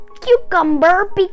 cucumber